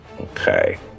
Okay